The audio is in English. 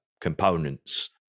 components